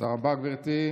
תודה רבה, גברתי.